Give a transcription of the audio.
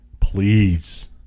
Please